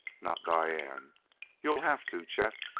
not diane you'll have to, chet.